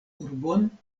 urbon